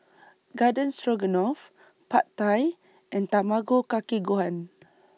Garden Stroganoff Pad Thai and Tamago Kake Gohan